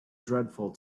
dreadful